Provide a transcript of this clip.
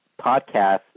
podcast